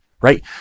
right